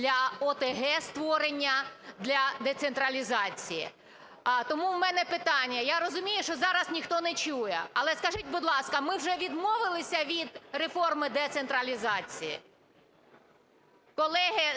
для ОТГ створення, для децентралізації. Тому в мене питання. Я розумію, що зараз ніхто не чує, але скажіть, будь ласка, ми вже відмовилися від реформи децентралізації?